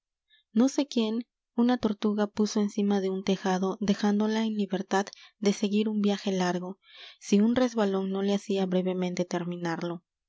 no sé quién una tortuga puso encima de un tejado dejándola en libertad de seguir un viaje largo si un resbalón no le hacia brevemente terminarlo